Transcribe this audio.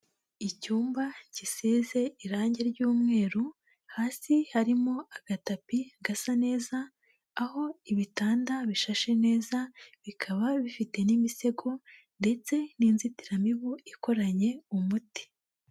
Icyumba gisize irangi ry'umweru, hasi harimo agatapi gasa neza, aho ibitanda bishashe neza bikaba bifite n'imisego ndetse n'inzitiramibu ikoranye umuti.